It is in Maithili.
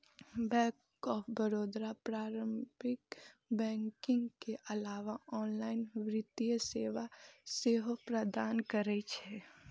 बैंक ऑफ बड़ौदा पारंपरिक बैंकिंग के अलावे ऑनलाइन वित्तीय सेवा सेहो प्रदान करै छै